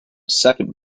second